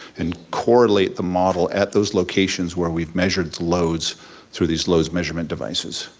and correlate the model at those locations where we've measured the loads through these loads measurement devices.